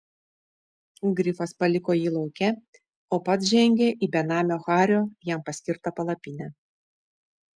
grifas paliko jį lauke o pats žengė į benamio hario jam paskirtą palapinę